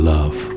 Love